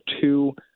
two